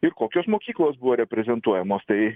ir kokios mokyklos buvo reprezentuojamos tai